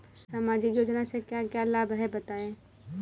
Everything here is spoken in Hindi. सामाजिक योजना से क्या क्या लाभ हैं बताएँ?